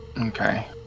Okay